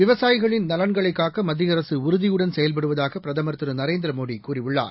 விவசாயிகளின் நலன்களை காக்க மத்திய அரசு உறுதியுடன் செயல்படுவதாக பிரதமா் திரு நரேந்திரமோடி கூறியுள்ளார்